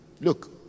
look